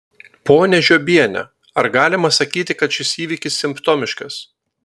ponia žiobiene ar galima sakyti kad šis įvykis simptomiškas